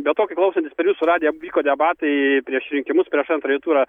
be to kai klausantis per visą radiją vyko debatai prieš rinkimus prieš antrąjį turą